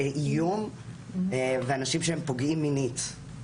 ואנשים שהם פוגעים מינית.